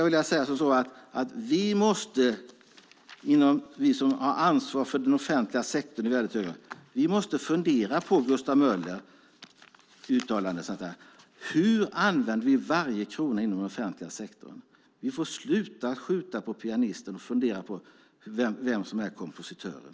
Vi som i mycket hög grad har ett ansvar för den offentliga sektorn måste fundera på vad Gustav Möller uttalat. Hur använder vi varje krona inom den offentliga sektorn? Vi får, som sagt, sluta skjuta på pianisten. I stället ska vi fundera på vem som är kompositören.